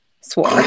swore